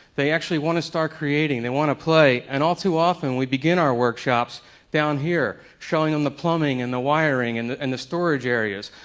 they actually want to start creating. they want to play. and all too often we begin our workshops down here. showing them the plumbing and the wiring and and the storage areas.